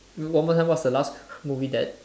one one more time what's the last movie that